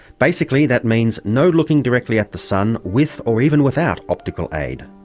basically that means no looking directly at the sun with or even without optical aid.